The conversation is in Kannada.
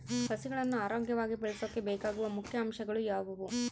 ಸಸಿಗಳನ್ನು ಆರೋಗ್ಯವಾಗಿ ಬೆಳಸೊಕೆ ಬೇಕಾಗುವ ಮುಖ್ಯ ಅಂಶಗಳು ಯಾವವು?